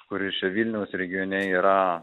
kuris čia vilniaus regione yra